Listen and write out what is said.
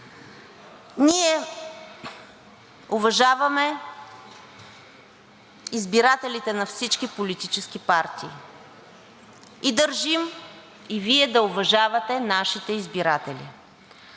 Ние уважаваме избирателите на всички политически партии, държим и Вие да уважавате нашите избиратели.